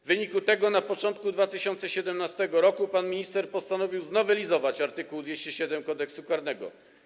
W wyniku tego na początku 2017 r. pan minister postanowił znowelizować art. 207 Kodeksu karnego.